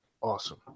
Awesome